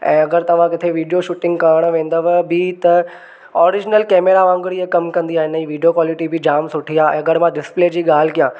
ऐं अगरि तव्हां किथे वीडियो शूटिंग करणु वेंदव बि त ओरिजिनल कैमरा वांगुरु हीअ कमु कंदी आहे हिन जी वीडियो क़्वालिटी बि जामु सुठी आहे ऐं अगरि मां डिसप्ले जी ॻाल्हि कयां